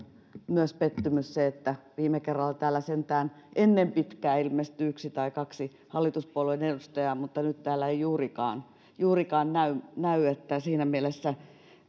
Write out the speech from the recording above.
pettymys se että viime kerralla tänne sentään ennen pitkää ilmestyi yksi tai kaksi hallituspuolueen edustajaa mutta nyt täällä ei heitä juurikaan näy näy siinä mielessä